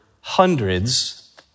hundreds